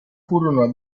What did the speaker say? furono